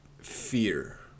fear